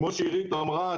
כמו שעירית אמרה,